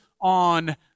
on